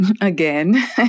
Again